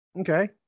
Okay